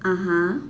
(uh huh)